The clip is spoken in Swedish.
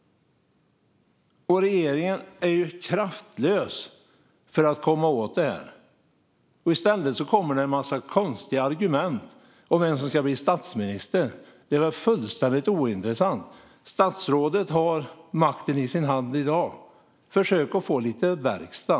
Regeringen är kraftlös när det gäller att komma åt det här. I stället kommer det en massa konstiga argument om vem som ska bli statsminister. Det är väl fullständigt ointressant. Statsrådet har makten i sin hand i dag. Försök att få lite verkstad!